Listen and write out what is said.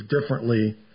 differently